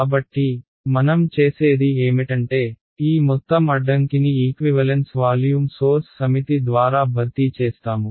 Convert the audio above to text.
కాబట్టి మనం చేసేది ఏమిటంటే ఈ మొత్తం అడ్డంకిని ఈక్వివలెన్స్ వాల్యూమ్ సోర్స్ సమితి ద్వారా భర్తీ చేస్తాము